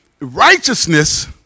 righteousness